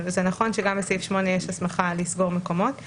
זה נכון שבסעיף 8 יש גם הסמכה לסגור מקומות,